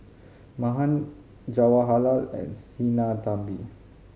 Mahan Jawaharlal and Sinnathamby